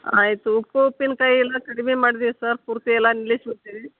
ಆಯಿತು ಉಪ್ಪು ಉಪ್ಪಿನಕಾಯಿ ಎಲ್ಲ ಕಡ್ಮೆ ಮಾಡಿದೀವಿ ಸರ್ ಪೂರ್ತಿ ಎಲ್ಲ ನಿಲ್ಲಿಸಿಬಿಡ್ತೀವಿ